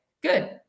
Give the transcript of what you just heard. Good